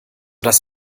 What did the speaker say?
das